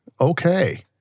okay